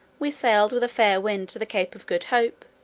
we sailed with a fair wind to the cape of good hope,